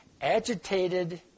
agitated